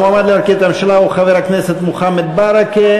המועמד להרכיב את הממשלה הוא חבר הכנסת מוחמד ברכה.